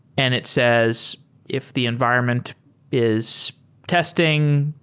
and it says if the environment is testing,